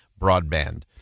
broadband